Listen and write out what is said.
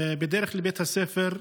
בדרך לבית הספר,